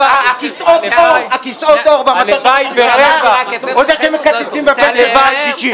כיסאות העור במטוס של ראש הממשלה או זה שהם מקצצים בפנסיה של הקשישים?